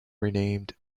renamed